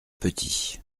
petit